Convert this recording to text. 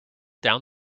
down